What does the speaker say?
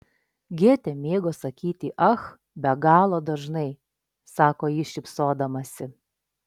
gėtė mėgo sakyti ach be galo dažnai sako ji šypsodamasi